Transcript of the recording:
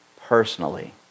personally